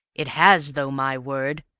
it has, though, my word!